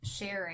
sharing